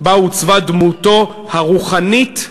בה עוצבה דמותו הרוחנית,